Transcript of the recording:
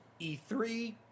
E3